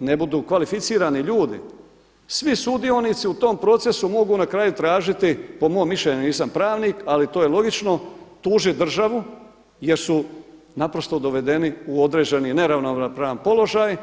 ne budu kvalificirani ljudi, svi sudionici u tom procesu mogu na kraju tražiti, po mom mišljenju nisam pravnik ali to je logično, tužiti državu jer su naprosto dovedeni u određeni neravnopravni položaj.